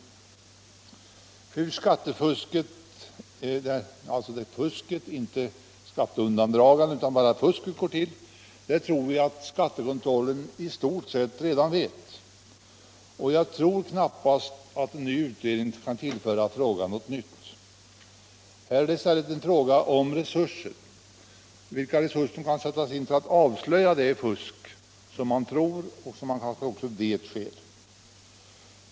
Hur skattefusket — alltså inte skatteundandragandet utan det rena fusket — går till tror vi att skattekontrollen i stort sett redan vet. En ny utredning skulle knappast tillföra ärendet något nytt. Här är det i stället en fråga om vilka resurser som kan sättas in för att avslöja det fusk som man tror och som man kanske också vet sker.